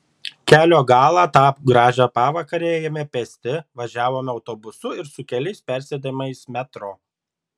kelio galą tą gražią pavakarę ėjome pėsti važiavome autobusu ir su keliais persėdimais metro